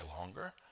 longer